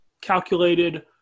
calculated